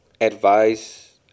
advice